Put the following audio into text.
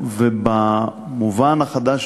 ובמובן החדש,